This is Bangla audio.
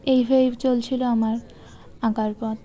এইভাবেই চলছিল আমার আঁকার পথ